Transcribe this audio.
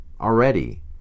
already